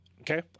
Okay